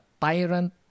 tyrant